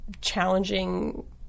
challenging